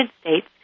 States